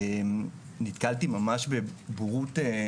ובשום בית יהודי אין את הדבר הזה,